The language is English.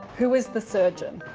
who is the surgeon?